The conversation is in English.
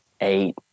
eight